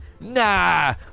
Nah